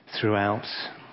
throughout